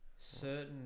certain